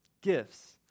gifts